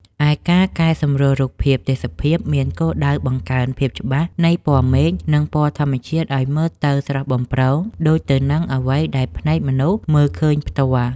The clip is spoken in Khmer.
ឯការកែសម្រួលរូបភាពទេសភាពមានគោលដៅបង្កើនភាពច្បាស់នៃពណ៌មេឃ និងពណ៌ធម្មជាតិឱ្យមើលទៅស្រស់បំព្រងដូចទៅនឹងអ្វីដែលភ្នែកមនុស្សមើលឃើញផ្ទាល់។